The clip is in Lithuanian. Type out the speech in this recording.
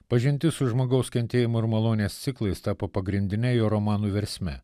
pažintis su žmogaus kentėjimo ir malonės ciklais tapo pagrindine jo romanų versme